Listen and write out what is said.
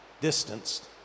distanced